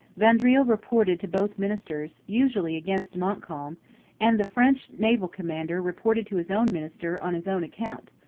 vaudreuil reported to both ministers, usually against montcalm and the french naval commander reported to his own minister on his own account.